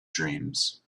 dreams